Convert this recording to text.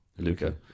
Luca